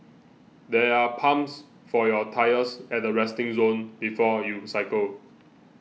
there are pumps for your tyres at the resting zone before you cycle